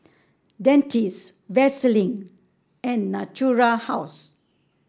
Dentiste Vaselin and Natura House